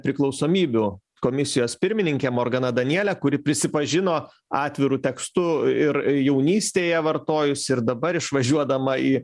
priklausomybių komisijos pirmininke morgana daniele kuri prisipažino atviru tekstu ir jaunystėje vartojusi ir dabar išvažiuodama į